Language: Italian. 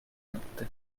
notte